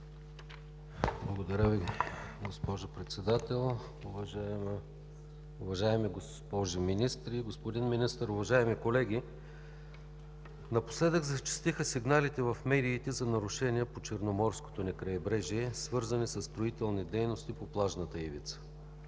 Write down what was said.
Благодаря Ви, госпожо Председател. Уважаеми госпожи министри, господин Министър, уважаеми колеги! Напоследък зачестиха сигналите в медиите за нарушения по Черноморското ни крайбрежие, свързани със строителни дейности по плажната ивица,